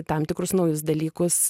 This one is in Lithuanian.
tam tikrus naujus dalykus